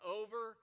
over